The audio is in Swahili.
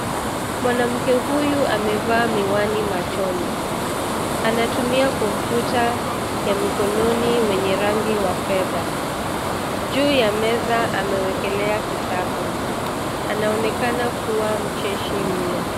Mwanamke huyu amevaa miwani machoni. Anatumia kompyuta ya mikononi wenye rangi wa fedha. Juu ya meza amewekelea kitabu. Anaonekana kuwa mcheshi mno.